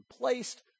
placed